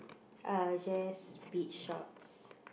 uh just beach shorts